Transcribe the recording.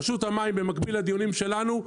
במקביל לדיונים שלנו,